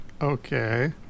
Okay